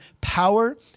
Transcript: power